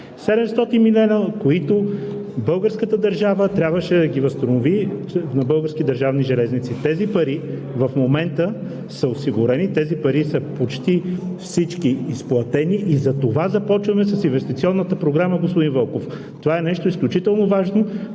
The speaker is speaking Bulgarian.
милиона, които българската държава трябваше да възстанови на „Български държавни железници“. Тези пари в момента са осигурени, почти всички пари са изплатени и затова започваме с инвестиционната програма, господин Вълков. Това е нещо изключително важно,